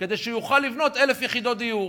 כדי שהוא יוכל לבנות 1,000 יחידות דיור.